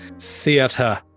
Theater